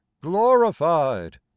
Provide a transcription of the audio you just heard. glorified